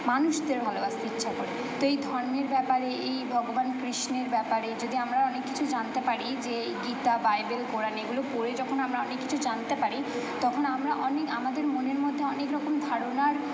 মানুষদের ভালোবাসতে ইচ্ছা করে তো এই ধর্মের ব্যাপারে এই ভগবান কৃষ্ণের ব্যাপারে যদি আমরা অনেক কিছু জানতে পারি যে গীতা বাইবেল কোরান এগুলো পড়ে যখন আমরা অনেক কিছু জানতে পারি তখন আমরা অনেক আমাদের মনের মধ্যে অনেক রকম ধারণার